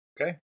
Okay